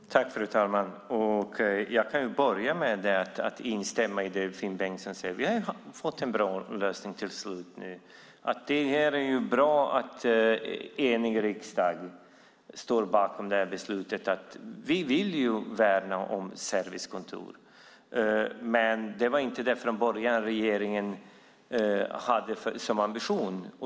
Fru talman! Jag kan börja med att instämma i det som Finn Bengtsson säger. Vi har till slut fått en bra lösning. Det är bra att en enig riksdag står bakom beslutet. Vi vill värna om servicekontoren, men det var inte det regeringen från början hade som ambition.